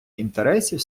інтересів